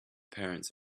parents